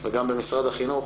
ובמשרד החינוך